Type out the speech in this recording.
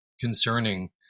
concerning